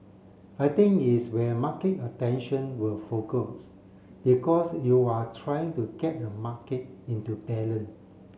I think it's where market attention will focus because you are trying to get a market into